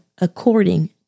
according